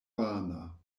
vana